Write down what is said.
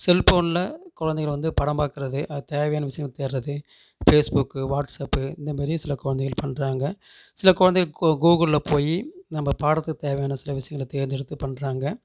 செல்ஃபோனில் குழந்தைகள் வந்து படம் பார்க்கறது தேவையான விஷயங்கள தேடுறது ஃபேஸ்புக்கு வாட்ஸ்ஆப்பு இந்தமாரி சில குழந்தைகள் பண்ணுறாங்க சில குழந்தைகள் கூ கூகுளில் போய் நம்ப பாடத்துக்கு தேவையான சில விஷயங்கள தேர்ந்தெடுத்து பண்ணுறாங்க